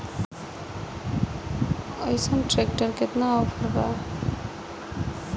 अइसन ट्रैक्टर पर केतना ऑफर बा?